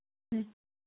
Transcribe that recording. ꯎꯝ